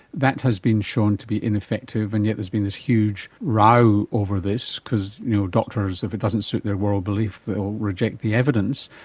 that has been shown to be ineffective and yet there has been this huge row over this because you know doctors, if it doesn't suit their world belief they will reject the evidence.